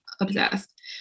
obsessed